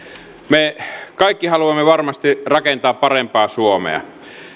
me kaikki haluamme varmasti rakentaa parempaa suomea